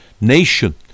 nation